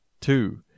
two